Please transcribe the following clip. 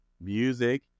music